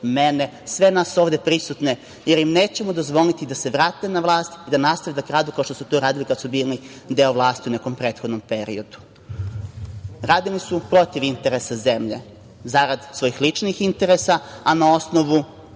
mene, sve nas ovde prisutne, jer im nećemo dozvoliti da se vrate na vlast i da nastave da kradu kao što su to radili kada su bili deo vlasti u nekom prethodnom periodu. Radili su protiv interesa zemlje zarad svojih ličnih interesa, a na osnovu